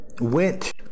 went